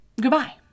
goodbye